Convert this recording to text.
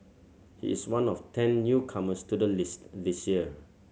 he is one of ten newcomers to the list this year